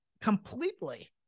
Completely